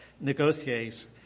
negotiate